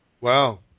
Wow